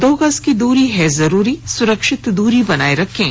दो गज की दूरी है जरूरी सुरक्षित दूरी बनाए रखें